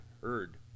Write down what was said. heard